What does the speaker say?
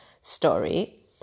story